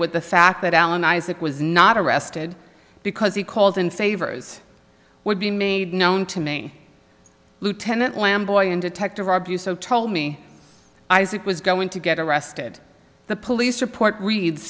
with the fact that alan isaac was not arrested because he called in favors would be made known to me lieutenant lam boy and detective r busso told me isaac was going to get arrested the police report reads